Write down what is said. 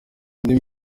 indi